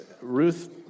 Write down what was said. Ruth